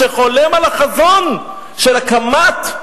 שחולם על החזון של הקמת,